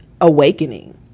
awakening